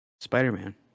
Spider-Man